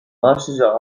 başlıca